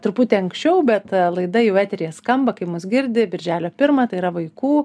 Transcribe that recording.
truputį anksčiau bet laida jau eteryje skamba kai mus girdi birželio pirmą tai yra vaikų